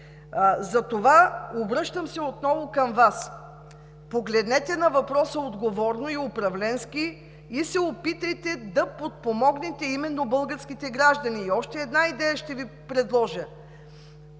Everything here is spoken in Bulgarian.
Затова се обръщам отново към Вас: погледнете на въпроса отговорно и управленски и се опитайте да подпомогнете именно българските граждани. Още една идея ще Ви предложа: